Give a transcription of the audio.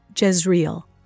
Jezreel